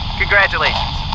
congratulations